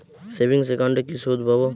Savings একাউন্টে কি সুদ পাব?